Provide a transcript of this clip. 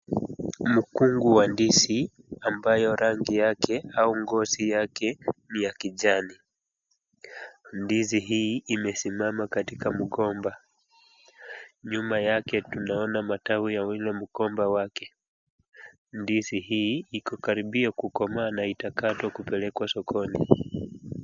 Mkungu wa ndizi ambayo rangi yake au ngozi yake ni ya kijani. Ndizi hii imesimama katika mgomba. Nyuma yake tunaona matiwa ya ile mgomba wake, ndizi hii iko karibia kukomaa na itakatwa kupelekwa sokoni.